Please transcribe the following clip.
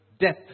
death